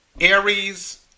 Aries